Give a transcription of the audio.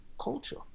culture